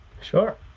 Sure